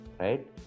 Right